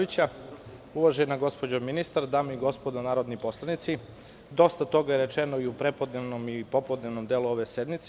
Uvažena gospođo ministar, dame i gospodo narodni poslanici, dosta toga je rečeno i u prepodnevnom i u popodnevnom delu ove sednice.